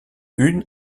une